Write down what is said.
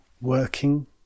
working